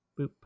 Boop